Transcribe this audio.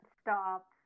stop